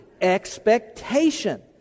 expectation